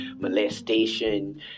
molestation